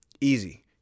Easy